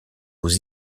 aux